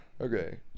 Okay